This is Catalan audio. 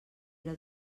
era